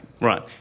Right